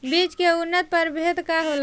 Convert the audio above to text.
बीज के उन्नत प्रभेद का होला?